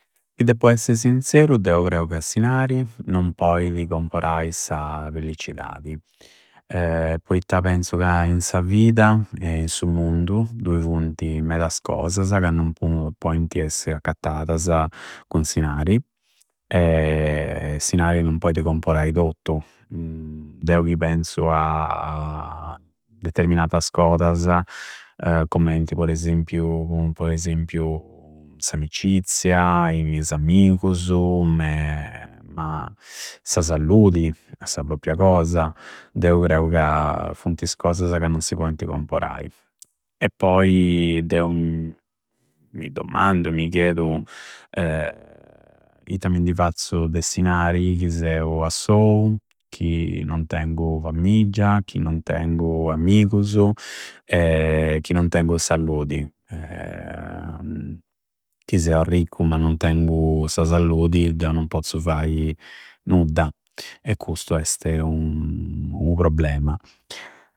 Chi deppu esse sinzeru deu creu che s'inari non poidi comporai da felliccidadi poitta penzu ca in sa vida e in su mundu dui funti medas cosasa ca non pointi essi accattadasa cun s'inari. S'inari non poidi comporai tottu. Deu chi penzu a determinatas cosasa, commenti por esempiu, po esempiu, s'amicizia e is ammigusu, me. Ma sa salludi, sa propria cosa. Deu creu ca funtis cosasa ca non si pointi comporai e poi deu mi domandu e chiedu itta mi n'di fazzu de s'inari chi seu assou, chi non tengu fammiggi, chi non tengu ammigusu e chi non tengu salludi. Chi seu arricchu ma non tengu sa salludi deu non pozzu fai nudda e custu este u problema.